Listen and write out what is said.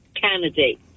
candidate